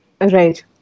Right